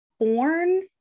born